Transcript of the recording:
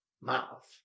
mouth